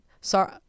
sorry